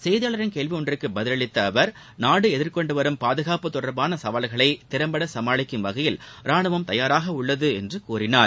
செய்தியாளரின் கேள்வி ஒன்றுக்கு பதிலளித்த அவர் நாடு எதிர்கொண்டு வரும் பாதுகாப்பு தொடர்பான சவால்களை திறம்பட சுமாளிக்கும் வகையில் ரானுவம் தயாராக உள்ளது என்று கூறினார்